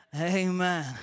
Amen